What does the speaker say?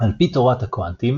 על פי תורת הקוונטים,